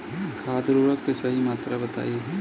खाद उर्वरक के सही मात्रा बताई?